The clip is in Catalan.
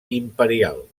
imperial